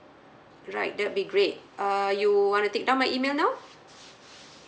right that be great uh you want to take down my email now